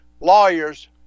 lawyers